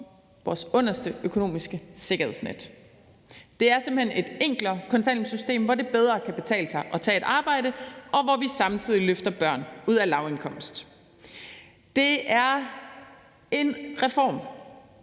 vores underste økonomiske sikkerhedsnet. Det er simpelt hen et enklere kontanthjælpssystem, hvor det bedre kan betale sig at tage et arbejde, og hvor vi samtidig løfter børn ud af lavindkomst. Det er en reform,